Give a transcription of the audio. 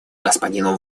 господину